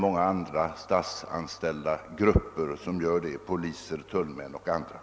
Många andra statsanställda gör det — poliser, tullmän m.fl.